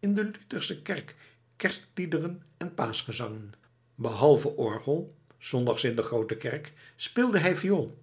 in de luthersche kerk kerstliederen en paaschgezangen behalve orgel zondags in de groote kerk speelde hij viool